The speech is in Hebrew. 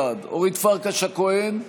בעד אורית פרקש הכהן,